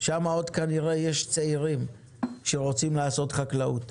שם עוד יש צעירים שרוצים לעסוק בחקלאות.